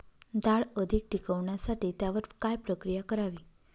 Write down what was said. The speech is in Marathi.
डाळ अधिक टिकवण्यासाठी त्यावर काय प्रक्रिया करावी?